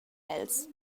els